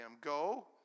go